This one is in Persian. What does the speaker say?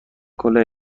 کلاه